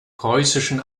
preußischen